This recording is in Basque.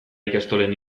ikastolen